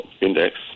index